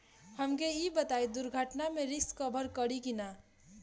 हमके ई बताईं दुर्घटना में रिस्क कभर करी कि ना?